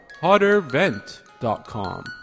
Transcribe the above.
HotterVent.com